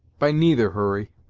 by neither, hurry,